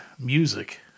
Music